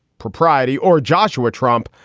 propriety or joshua trump.